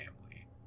family